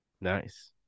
Nice